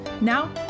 Now